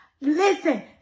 Listen